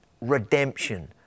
redemption